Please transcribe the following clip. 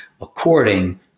according